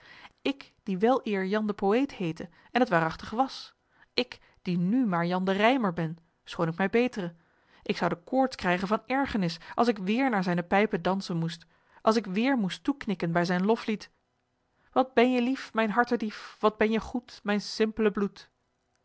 ik die weleer jan de poëet heette en het waarachtig was ik die nu maar jan de rijmer ben schoon ik mij betere ik zou de koorts krijgen van ergernis als ik weêr naar zijne pijpen dansen moest als ik weêr moest toeknikken bij zijn loflied wat ben je lief mijn hartedief wat ben je goed mijn simple bloed